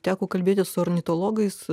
teko kalbėtis su ornitologais